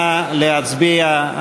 נא להצביע.